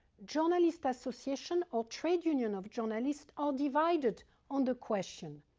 journalists association or trade union of journalists are divided on the question.